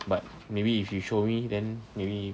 but maybe if you show me then maybe